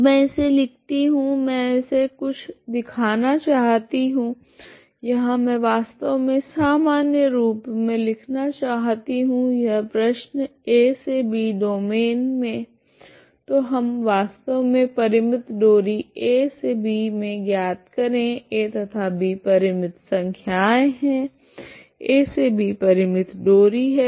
तो मैं इसे लिखती हूँ मैं इसे कुछ दिखाना चाहती हूँ यहाँ मैं वास्तव मे सामान्य रूप से लिखना चाहती हूँ यह प्रश्न a से b डोमैन मे तो हम वास्तव मे परिमित डोरी a से b मे ज्ञात करे a तथा b परिमित संख्याएँ है a से b परिमित डोरी है